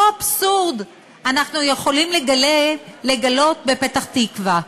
אותו אבסורד אנחנו יכולים לגלות בפתח-תקווה.